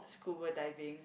scuba diving